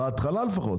בהתחלה לפחות,